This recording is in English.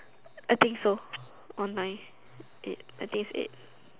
I think so online eight I think is eight